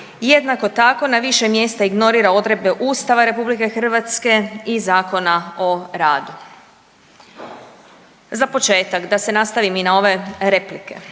Jednako tako na više mjesta ignorira odredbe Ustava RH i Zakona o radu. Za početak, da se nastavim i na ove replike,